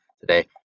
today